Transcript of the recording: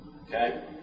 Okay